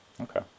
Okay